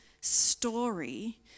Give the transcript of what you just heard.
story